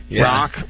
Rock